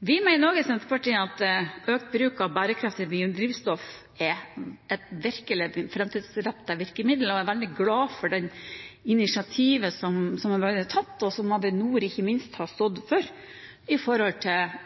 Senterpartiet mener vi også at økt bruk av bærekraftig biodrivstoff er et virkelig framtidsrettet virkemiddel, og jeg er veldig glad for det initiativet som er blitt tatt, som ikke minst Avinor har stått for,